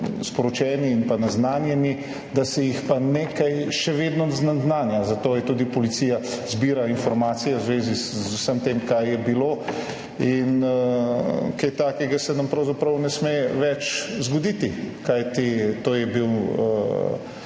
sporočeni in pa naznanjeni, da se jih pa nekaj še vedno naznanja, zato tudi policija zbira informacije v zvezi z vsem tem, kaj je bilo, in kaj takega se nam pravzaprav ne sme več zgoditi. Kajti to je bil